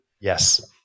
yes